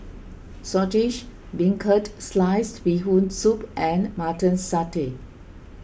Saltish Beancurd Sliced Bee Hoon Soup and Mutton Satay